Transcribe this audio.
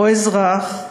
או אזרח קשה.